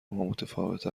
متفاوت